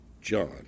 John